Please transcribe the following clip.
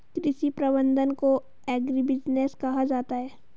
कृषि प्रबंधन को एग्रीबिजनेस कहा जाता है